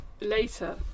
later